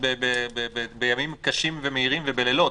בימים קשים ומהירים ובלילות,